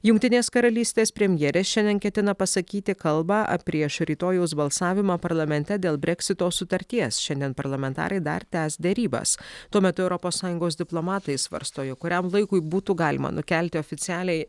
jungtinės karalystės premjerė šiandien ketina pasakyti kalbą prieš rytojaus balsavimą parlamente dėl breksito sutarties šiandien parlamentarai dar tęs derybas tuo metu europos sąjungos diplomatai svarsto jog kuriam laikui būtų galima nukelti oficialiai